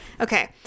okay